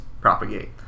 propagate